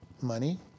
money